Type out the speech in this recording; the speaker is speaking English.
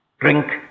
drink